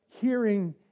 hearing